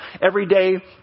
everyday